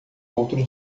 outro